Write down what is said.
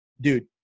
Dude